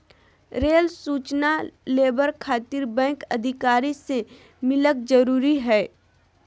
Rail सूचना labour खातिर bank अधिकारी से मिलक जरूरी है?